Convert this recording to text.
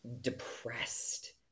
depressed